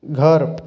घर